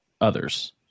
others